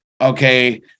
okay